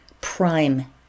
prime